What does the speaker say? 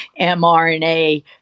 mRNA